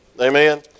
Amen